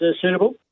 suitable